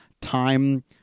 time